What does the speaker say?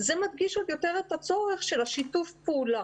זה מדגיש עוד יותר את הצורך של שיתוף הפעולה.